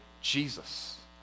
Jesus